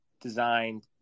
designed